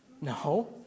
No